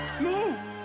No